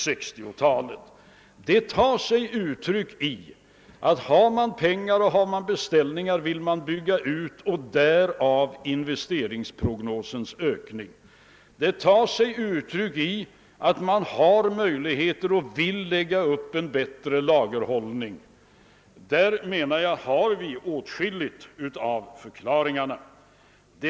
beställningar tar sig. uttryck i ön skemål om utbyggnader; därav följer ökningen inom investeringsprognosen. Det tar sig också uttryck i förbättrade möjligheter att lägga upp lager. I detta sammanhang menar jag att vi kan finna åtskilligt av förklaringarna till den nuvarande situationen.